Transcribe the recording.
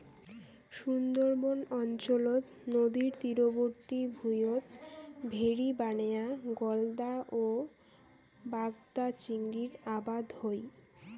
সুন্দরবন অঞ্চলত নদীর তীরবর্তী ভুঁইয়ত ভেরি বানেয়া গলদা ও বাগদা চিংড়ির আবাদ হই